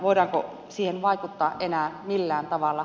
voidaanko siihen vaikuttaa enää millään tavalla